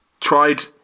tried